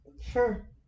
Sure